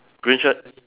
green shirt